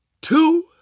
two